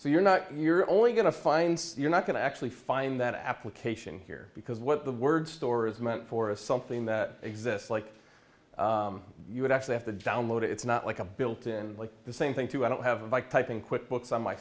so you're not you're only going to find you're not going to actually find that application here because what the word store is meant for a something that exists like you would actually have to download it's not like a built in like the same thing to i don't have my typing quick books on my